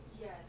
Yes